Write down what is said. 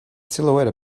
silhouette